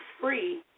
free